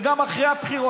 וגם אחרי הבחירות,